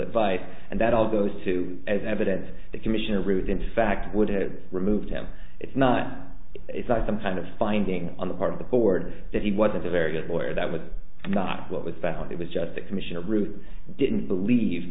advice and that all goes to as evidence that commissioner ruth in fact would have removed him if not it's not some kind of finding on the part of the board that he wasn't a very good lawyer that would not what was found it was just a commission of ruth didn't believe